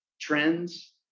trends